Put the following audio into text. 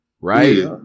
Right